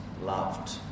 loved